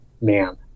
man